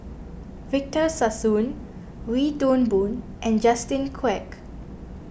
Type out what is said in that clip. Victor Sassoon Wee Toon Boon and Justin Quek